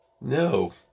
no